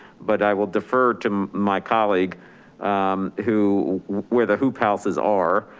but i will defer to my colleague who, where the hoop houses are